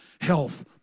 health